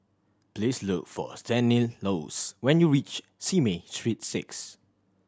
please look for Stanislaus when you reach Simei Street Six